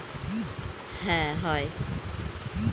যে জিনিস গুলো ব্যবহার করবো সেগুলোর উপর ট্যাক্স হয়